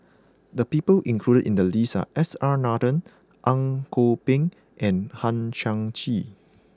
the people included in the list are S R Nathan Ang Kok Peng and Hang Chang Chieh